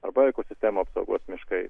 arba ekosistemų apsaugos miškai